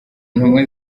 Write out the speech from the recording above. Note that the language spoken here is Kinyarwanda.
intumwa